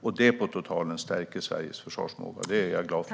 På totalen stärker detta Sveriges försvarsförmåga, och det är jag glad för.